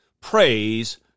praise